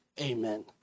Amen